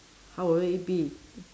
how will it be